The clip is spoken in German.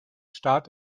start